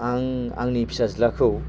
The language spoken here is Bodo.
आं आंनि फिसाज्लाखौ